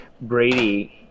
Brady